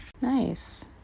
Nice